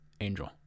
angel